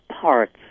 parts